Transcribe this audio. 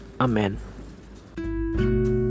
amen